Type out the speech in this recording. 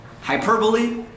Hyperbole